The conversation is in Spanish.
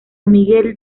miguel